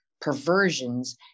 perversions